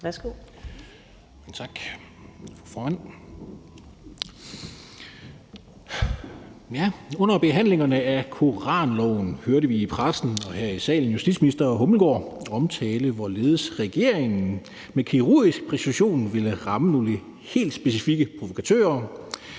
fru formand. Under behandlingerne af koranloven hørte vi i pressen og her i salen justitsminister Peter Hummelgaard omtale, hvorledes regeringen med kirurgisk præcision ville ramme nogle helt specifikke provokatører.